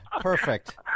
perfect